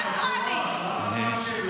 למה אתה מקשיב לה, היושב-ראש?